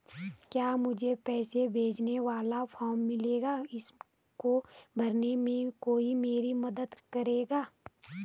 क्या मुझे पैसे भेजने वाला फॉर्म मिलेगा इसको भरने में कोई मेरी मदद करेगा?